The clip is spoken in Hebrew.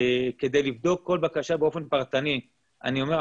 אני אומר,